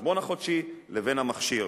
החשבון החודשי לבין המכשיר,